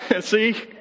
See